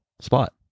spot